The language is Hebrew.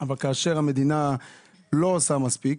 אבל כאשר המדינה לא עושה מספיק,